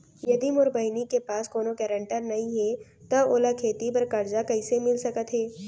यदि मोर बहिनी के पास कोनो गरेंटेटर नई हे त ओला खेती बर कर्जा कईसे मिल सकत हे?